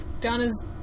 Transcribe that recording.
Donna's